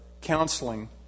counseling